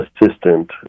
assistant